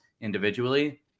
individually